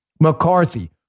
McCarthy